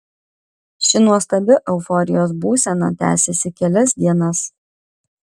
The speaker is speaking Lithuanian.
ši nuostabi euforijos būsena tęsėsi kelias dienas